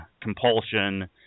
compulsion